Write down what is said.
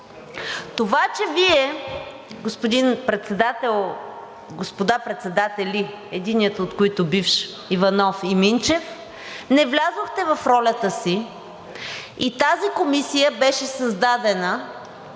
Това, че Вие, господин Председател, господа председатели, единият от които бивш – Иванов и Минчев, не влязохте в ролята си и тази комисия беше създадена